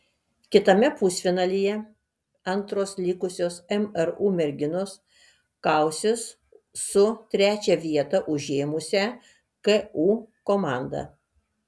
kitame pusfinalyje antros likusios mru merginos kausis su trečią vietą užėmusią ku komanda